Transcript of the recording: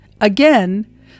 Again